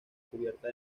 cubierta